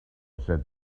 said